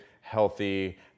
healthy